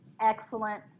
Excellent